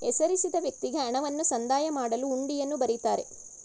ಹೆಸರಿಸಿದ ವ್ಯಕ್ತಿಗೆ ಹಣವನ್ನು ಸಂದಾಯ ಮಾಡಲು ಹುಂಡಿಯನ್ನು ಬರಿತಾರೆ